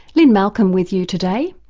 lynne malcolm with you today.